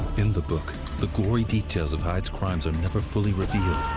in the book, the gory details of hyde's crimes are never fully revealed.